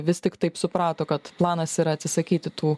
vis tik taip suprato kad planas yra atsisakyti tų